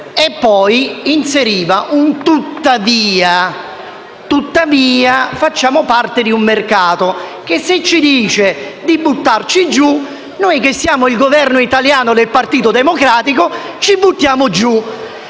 Poi inseriva un «tuttavia»: tuttavia facciamo parte di un mercato, che se ci dice di buttarci giù, noi che siamo il Governo italiano del Partito Democratico ci buttiamo giù.